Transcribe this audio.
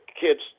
kids